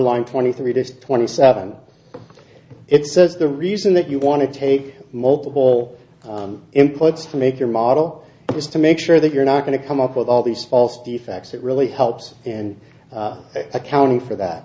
line twenty three days twenty seven it says the reason that you want to take multiple inputs to make your model is to make sure that you're not going to come up with all these false defects it really helps and accounting for that